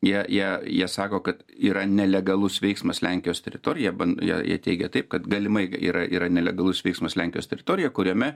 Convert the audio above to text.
jie jie jie sako kad yra nelegalus veiksmas lenkijos teritorija jie ban teigia taip kad galimai yra yra nelegalus veiksmas lenkijos teritorijoj kuriame